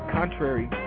contrary